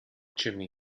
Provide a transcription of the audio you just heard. chimney